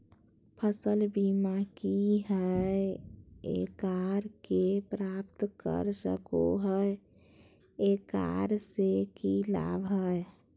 फसल बीमा की है, एकरा के प्राप्त कर सको है, एकरा से की लाभ है?